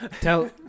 Tell